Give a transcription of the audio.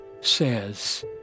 says